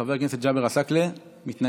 חבר הכנסת ג'אבר עסאקלה מתנגד.